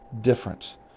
different